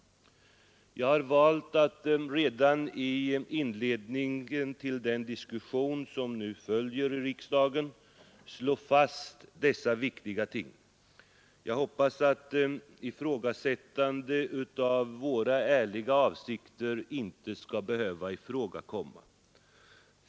Jag har valt att redan i inledningen till den diskussion som nu följer i riksdagen slå fast dessa viktiga ting, och jag hoppas att ifrågasättande av våra ärliga avsikter inte skall behöva förekomma.